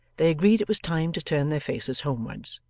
they agreed it was time to turn their faces homewards.